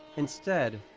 instead,